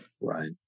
Right